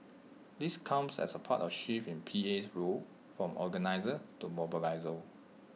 this comes as part of A shift in P A's role from organiser to mobiliser